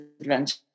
Adventure